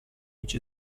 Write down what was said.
which